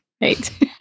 Right